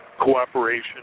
cooperation